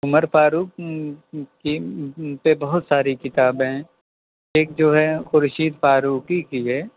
عمر فاروق کی پہ بہت ساری کتابیں ہیں ایک جو ہے خورشید فاروقی کی ہے